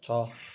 छ